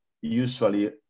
usually